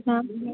हां